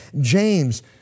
James